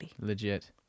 legit